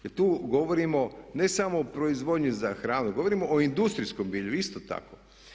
Jer tu govorimo ne samo o proizvodnji za hranu, govorimo o industrijskom bilju, isto tako.